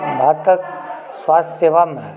भारतक स्वास्थ्य सेवामे